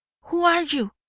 who are you,